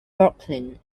brooklyn